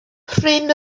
prin